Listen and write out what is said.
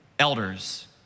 elders